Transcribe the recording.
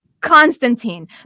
Constantine